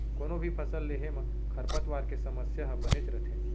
कोनों भी फसल लेहे म खरपतवार के समस्या ह बनेच रथे